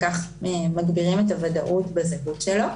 כך מגבירים את הוודאות בזהות שלו.